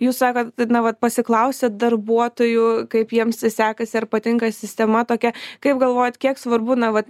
jūs sakot na vat pasiklausiat darbuotojų kaip jiems sekasi ar patinka sistema tokia kaip galvojat kiek svarbu na vat